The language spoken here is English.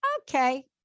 okay